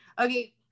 Okay